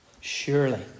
Surely